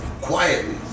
quietly